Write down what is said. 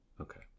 okay